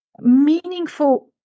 meaningful